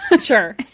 Sure